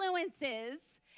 Influences